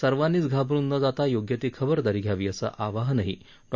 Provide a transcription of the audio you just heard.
सर्वांनीच घाबरुन न जाता योग्य ती खबरदारी घ्यावी असं आवाहनही डॉ